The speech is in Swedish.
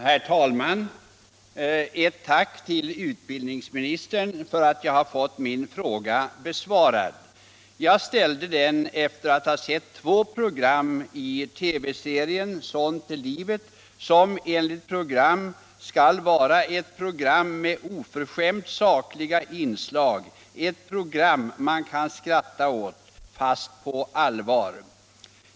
Herr talman! Jag vill framföra ett tack till utbildningsministern för att jag har fått min fråga besvarad. Jag ställde den efter att ha sett två program i TV-serien Sånt är livet, som enligt programrubriceringen skall vara ett program med oförskämt sakliga inslag — ett program man kan skratta åt fast på allvar.